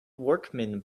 workman